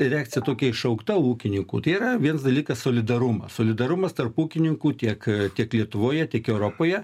reakcija tokia iššaukta ūkininkų tai yra viens dalykas solidarumas solidarumas tarp ūkininkų tiek tiek lietuvoje tiek europoje